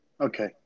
okay